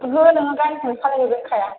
ओहो नोंहा गारिखौ सालायनो रोंखाया